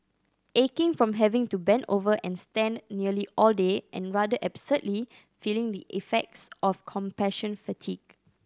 aching from having to bend over and stand nearly all day and rather absurdly feeling the effects of compassion fatigue